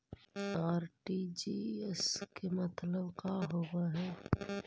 RTGS के मतलब का होव हई?